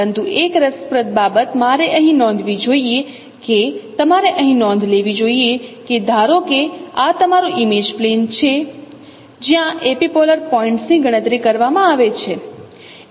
પરંતુ એક રસપ્રદ બાબત મારે અહીં નોંધવી જોઈએ કે તમારે અહીં નોંધ લેવી જોઈએ કે ધારો કે આ તમારું ઇમેજ પ્લેન છે જ્યાં એપિપોલર પોઇન્ટ્સ ની ગણતરી કરવામાં આવે છે